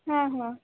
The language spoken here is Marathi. हां हां